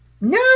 no